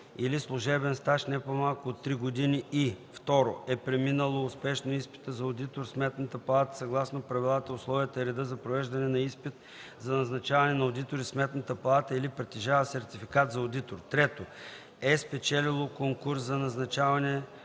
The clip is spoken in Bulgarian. или служебен стаж не по-малко от три години; и 2. е преминало успешно изпита за одитор в Сметната палата съгласно правилата, условията и реда за провеждане на изпит за назначаване на одитори в Сметната палата или притежава сертификат за одитор; 3. е спечелило конкурс за назначаване